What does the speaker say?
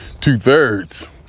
two-thirds